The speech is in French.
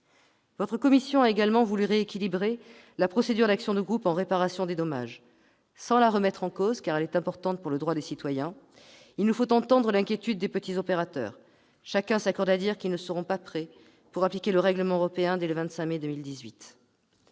Elle a également voulu rééquilibrer la procédure d'action de groupe en réparation des dommages. Sans la remettre en cause, car elle est importante pour les droits des citoyens, il nous faut entendre l'inquiétude des petits opérateurs : chacun s'accorde à dire qu'ils ne seront pas prêts pour appliquer le règlement européen dès le 25 mai 2018-